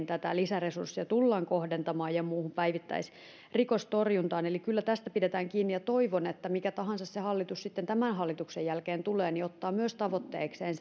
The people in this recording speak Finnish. tätä lisäresurssia tullaan kohdentamaan muun muassa lapsiin kohdistuviin seksuaalirikoksiin ja muuhun päivittäisrikostorjuntaan eli kyllä tästä pidetään kiinni ja toivon että mikä tahansa hallitus sitten tämän hallituksen jälkeen tulee se ottaa myös tavoitteekseen